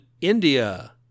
India